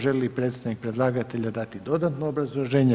Želi li predstavnik predlagatelja dati dodatno obrazloženje?